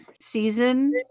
season